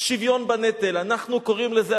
"שוויון בנטל"; אנחנו קוראים לזה,